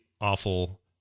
awful